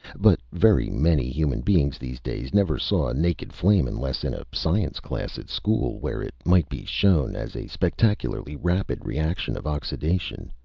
but very many human beings, these days, never saw a naked flame unless in a science class at school, where it might be shown as a spectacularly rapid reaction of oxidation.